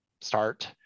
start